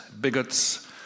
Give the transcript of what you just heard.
bigots